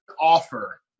offer